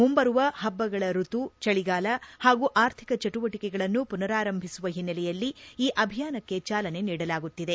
ಮುಂಬರುವ ಹಬ್ಬಗಳ ಋತು ಚಳಿಗಾಲ ಹಾಗೂ ಅರ್ಥಿಕ ಚಟುವಟಿಕೆಗಳನ್ನು ಪುನಾರಂಭಿಸಿರುವ ಹಿನ್ನೆಲೆಯಲ್ಲಿ ಈ ಅಭಿಯಾನಕ್ಕೆ ಚಾಲನೆ ನೀಡಲಾಗುತ್ತಿದೆ